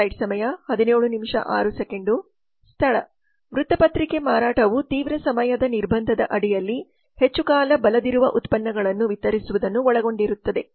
ಸ್ಥಳ ವೃತ್ತಪತ್ರಿಕೆ ಮಾರಾಟವು ತೀವ್ರ ಸಮಯದ ನಿರ್ಬಂಧದ ಅಡಿಯಲ್ಲಿ ಹೆಚ್ಚುಕಾಲ ಬಲದಿರುವ ಉತ್ಪನ್ನಗಳನ್ನು ವಿತರಿಸುವುದನ್ನು ಒಳಗೊಂಡಿರುತ್ತದೆ